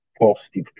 positive